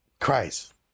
Christ